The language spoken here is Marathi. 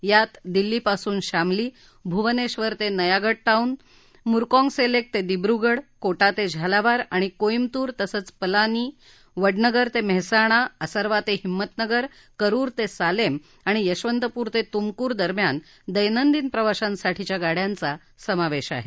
यात दिल्लीपासून शामली भुवनेश्वर ते नयागढ टाऊन मुरकाँगसेलेक ते दिब्रुगड कोटा ते झालावार आणि कोईमतूर तसंच पलानी वडनगर ते मेहसाणा असर्वा ते हिम्मतनगर करुर ते सालेम आणि यशंवतपूर ते तुमकूर दरम्यान दैनंदिन प्रवाशांसाठीच्या गाड्यांचा समावेश आहे